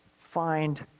find